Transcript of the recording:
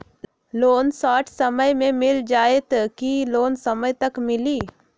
Loan short समय मे मिल जाएत कि लोन समय तक मिली?